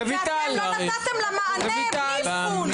כי אתם לא נתתם לה מענה בלי אבחון.